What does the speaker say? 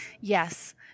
Yes